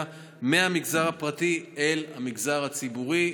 מהמגזר הפרטי אל המגזר הציבורי.